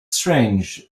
strange